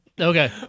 Okay